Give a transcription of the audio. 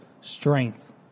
strength